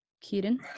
Kieran